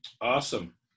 Awesome